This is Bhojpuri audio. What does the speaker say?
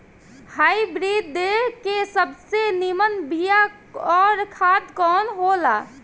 हाइब्रिड के सबसे नीमन बीया अउर खाद कवन हो ला?